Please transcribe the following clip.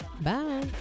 Bye